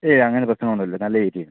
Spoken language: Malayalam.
ഏയ് അങ്ങനെ പ്രശ്നമൊന്നുമില്ല നല്ല ഏരിയയാണ്